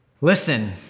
listen